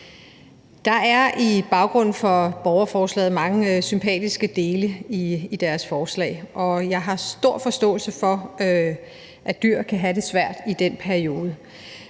Der er i baggrunden for borgerforslaget mange sympatiske dele, og jeg har stor forståelse for, at dyr kan have det svært i en bestemt